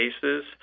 cases